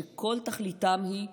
שכל תכליתם היא אחת: